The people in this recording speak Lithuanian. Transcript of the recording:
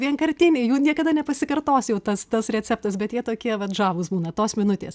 vienkartiniai jų niekada nepasikartos jau tas tas receptas bet jie tokie vat žavūs būna tos minutės